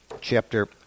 chapter